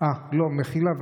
אה, לא, מחילה.